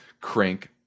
crank